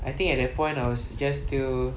I think at that point I was just still